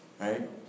right